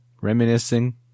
Reminiscing